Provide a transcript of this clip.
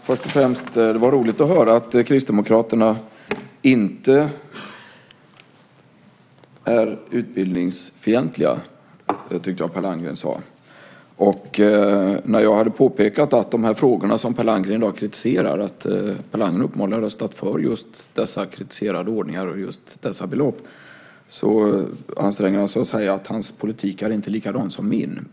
Herr talman! Det var roligt att höra att Kristdemokraterna inte är utbildningsfientliga. Det tyckte jag att Per Landgren sade. När jag hade påpekat att Per Landgren uppenbarligen har röstat för de ordningar och de belopp han kritiserar anstränger han sig att säga att hans politik inte är likadan som min.